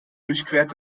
durchquert